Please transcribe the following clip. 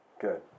good